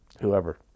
whoever